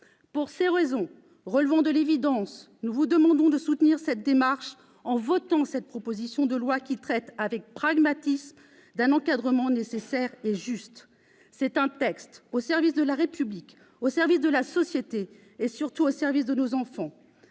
Pour ces raisons relevant de l'évidence, nous vous demandons de soutenir cette démarche en votant cette proposition de loi, qui traite avec pragmatisme d'un encadrement nécessaire et juste. C'est un texte au service de la République, au service de la société et, surtout, au service de nos enfants.